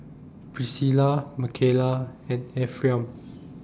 Pricilla Mckayla and Ephriam